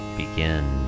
begin